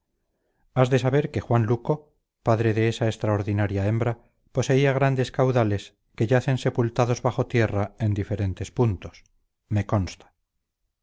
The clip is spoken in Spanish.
has de saber que juan luco padre de esa extraordinaria hembra poseía grandes caudales que yacen sepultados bajo tierra en diferentes puntos me consta